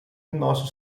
nossos